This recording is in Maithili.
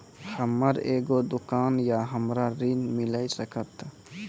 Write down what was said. हमर एगो दुकान या हमरा ऋण मिल सकत?